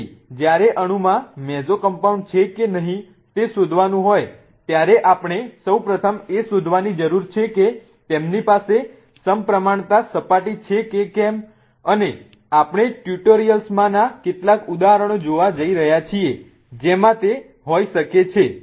તેથી જ્યારે અણુમાં મેસોકમ્પાઉન્ડ છે કે નહીં તે શોધવાનું હોય ત્યારે આપણે સૌ પ્રથમ એ શોધવાની જરૂર છે કે તેની પાસે સમપ્રમાણતા સપાટી છે કે કેમ અને આપણે ટ્યુટોરિયલ્સ માંના કેટલાક ઉદાહરણો જોવા જઈ રહ્યા છીએ જેમાં તે હોઈ શકે છે